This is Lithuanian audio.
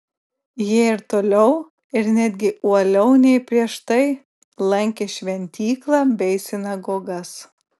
jie ir toliau ir netgi uoliau nei prieš tai lankė šventyklą bei sinagogas